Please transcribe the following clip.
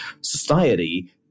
society